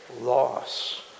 loss